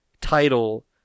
title